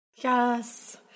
Yes